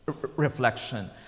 reflection